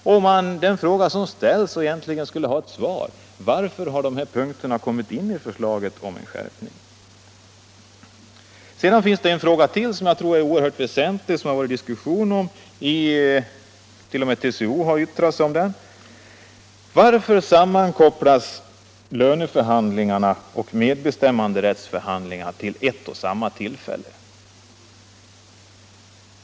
Och den fråga som ställs och egentligen skulle ha ett svar är: Varför har de här punkterna om en skärpning kommit in i förslaget? Det finns en fråga till som är oerhört väsentlig och som det varit diskussion om — t.o.m. TCO har yttrat sig om den: Varför sammankopplas löneförhandlingarna och medbestämmanderättsförhandlingarna till ett och samma tillfälle?